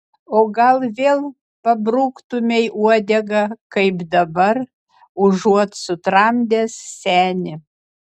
o gal vėl pabruktumei uodegą kaip dabar užuot sutramdęs senį